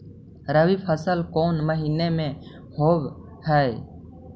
रबी फसल कोन महिना में होब हई?